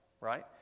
right